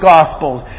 Gospels